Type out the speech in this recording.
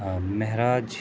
Mehraj